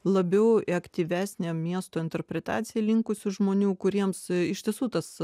labiau į aktyvesnę miesto interpretaciją linkusių žmonių kuriems iš tiesų tas